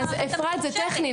זה טכני.